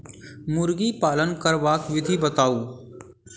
मुर्गी पालन करबाक विधि बताऊ?